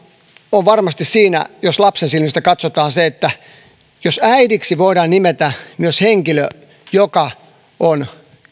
on varmasti siinä jos lapsen silmin katsotaan että jos äidiksi voidaan nimetä myös henkilö joka on